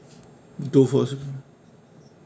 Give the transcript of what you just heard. two four six